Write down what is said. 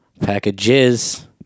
Packages